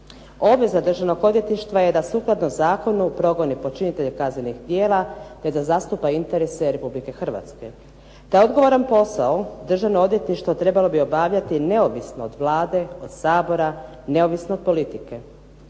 Obveza Državnog odvjetništva je da sukladno zakonu progoni počinitelje kaznenih djela te da zastupa interese Republike Hrvatske. Taj odgovoran posao Državno odvjetništvo trebalo bi obavljati neovisno od Vlade, od Sabora, neovisno od politike.